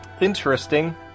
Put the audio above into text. interesting